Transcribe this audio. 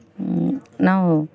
ನಾವು